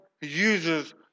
uses